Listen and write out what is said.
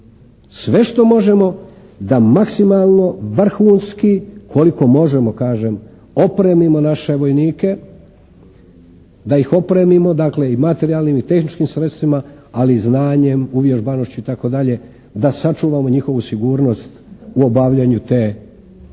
sve što možemo da maksimalno, vrhunski koliko možemo kažem opremimo naše vojnike. Da ih opremimo dakle i materijalnim i tehničkim sredstvima, ali i znanjem, uvježbanošću itd. da sačuvamo njihovu sigurnost u obavljanju te misije.